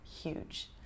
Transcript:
huge